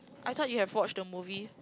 I thought you have watched the movie